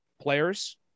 players